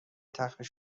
تخمیر